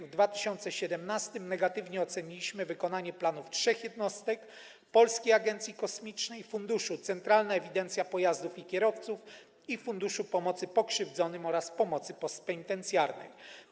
W 2017 r. negatywnie oceniliśmy wykonanie planów trzech jednostek: Polskiej Agencji Kosmicznej, Funduszu - Centralna Ewidencja Pojazdów i Kierowców i Funduszu Pomocy Pokrzywdzonym oraz Pomocy Postpenitencjarnej.